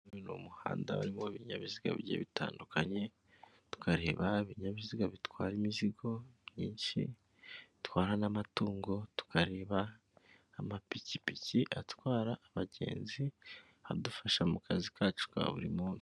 Uyu ni umuhanda urimo ibinyabiziga bigiye bitandukanye, tukareba ibinyabiziga bitwara imizigo myinshi bitwara n'amatungo, tukareba amapikipiki atwara abagenzi adufasha mu kazi kacu ka buri munsi.